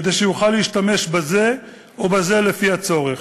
כדי שיוכל להשתמש בזה או בזה לפי הצורך.